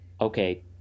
okay